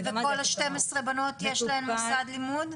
וכל ה-12 בנות יש להן מוסד לימוד?